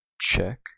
check